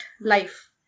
life